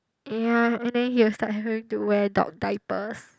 ya and then he'll start having to wear dog diapers